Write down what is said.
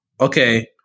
okay